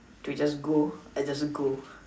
to just go I just go